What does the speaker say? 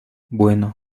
bueno